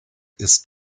ist